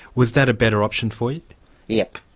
was that a better option for you? yeah